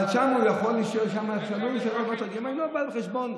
אבל שם הוא יכול להישאל, לא בא בחשבון.